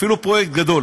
אפילו פרויקט גדול,